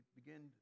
begin